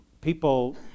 People